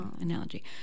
analogy